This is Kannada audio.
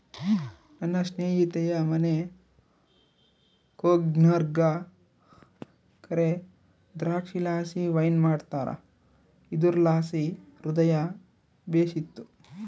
ನನ್ನ ಸ್ನೇಹಿತೆಯ ಮನೆ ಕೂರ್ಗ್ನಾಗ ಕರೇ ದ್ರಾಕ್ಷಿಲಾಸಿ ವೈನ್ ಮಾಡ್ತಾರ ಇದುರ್ಲಾಸಿ ಹೃದಯ ಬೇಶಿತ್ತು